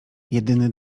jedyny